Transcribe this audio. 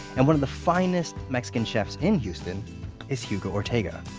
and one of the finest mexican chefs in houston is hugo ortega.